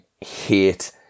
hate